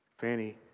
Fanny